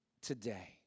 today